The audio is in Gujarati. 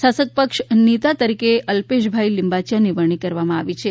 શાસક પક્ષ નેતા તરીકે અલ્પેશભાઇ લિંબાચિયાની વરણી કરવામાં આવી છે